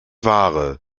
ware